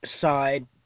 side